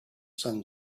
sun